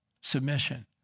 Submission